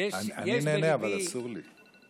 אני נהנה, אבל אסור לי.